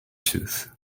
tooth